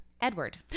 Edward